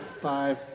Five